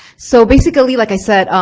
so basically, like i said,